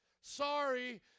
Sorry